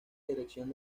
dirección